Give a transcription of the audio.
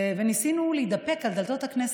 וניסינו להידפק על דלתות הכנסת,